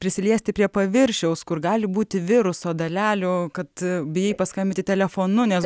prisiliesti prie paviršiaus kur gali būti viruso dalelių kad bei paskambinti telefonu nes